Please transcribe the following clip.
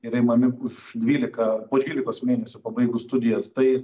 ir imami už dvylika po dvylikos mėnesių pabaigus studijas tai